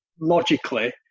logically